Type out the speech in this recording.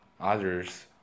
other's